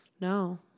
No